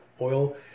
oil